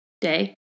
day